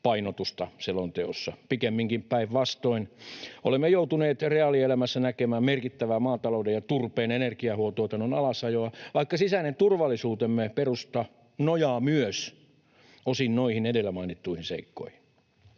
painotusta selonteossa, pikemminkin päinvastoin, olemme joutuneet reaalielämässä näkemään merkittävää maatalouden ja turpeen energiantuotannon alasajoa, vaikka sisäinen turvallisuutemme perusta nojaa myös osin noihin edellä mainittuihin seikkoihin.